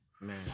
man